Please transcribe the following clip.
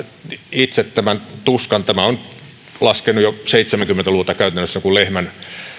itse tämän tuskan tämä on laskenut jo seitsemänkymmentä luvulta käytännössä kuin lehmän